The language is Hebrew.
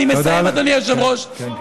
אני מסיים, אדוני היושב-ראש, כן, כן.